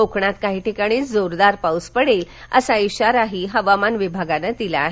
कोकणात काही ठिकाणी जोरदार पाऊस पडेल असा इशारा हवामान विभागानं दिला आहे